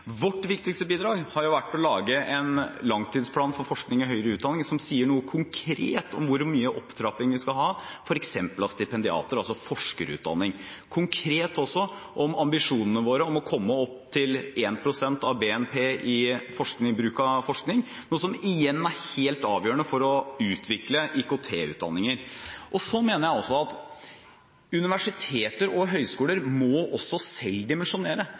Vårt viktigste bidrag har vært å lage en langtidsplan for forskning og høyere utdanning som sier noe konkret om hvor mye opptrapping vi skal ha f.eks. av stipendiater, altså forskerutdanning, konkret også om ambisjonene våre om å komme opp til 1 pst. av BNP i bruk av forskning, noe som igjen er helt avgjørende for å utvikle IKT-utdanninger. Så mener jeg også at universiteter og høyskoler selv må